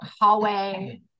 hallway